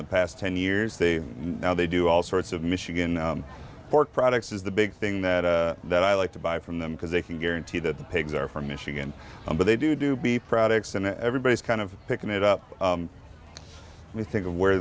the past ten years they now they do all sorts of michigan pork products is the big thing that that i like to buy from them because they can guarantee that the pigs are from michigan i'm but they do do be products and everybody's kind of picking it up we think of where